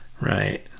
right